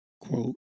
quote